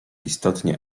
istotnie